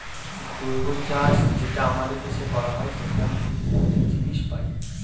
জৈব চাষ যেটা আমাদের দেশে করা হয় সেখান থাকে অনেক জিনিস পাই